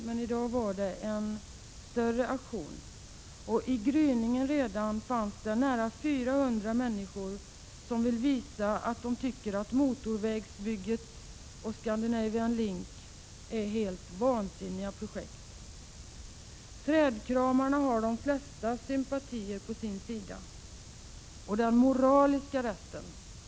I dag var det fråga om en större aktion. Redan i gryningen fanns där nära 400 människor som ville visa att de tycker att motorvägsbygget och Scandinavian Link är helt vansinniga projekt. De s.k. trädkramarna har de flestas sympatier på sin sida och enligt min uppfattning den moraliska rätten.